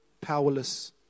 powerless